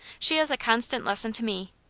she is a constant lesson to me.